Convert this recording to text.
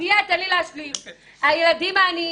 הילדים העניים,